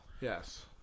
Yes